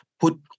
Put